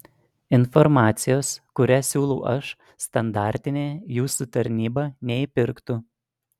informacijos kurią siūlau aš standartinė jūsų tarnyba neįpirktų